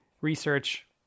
research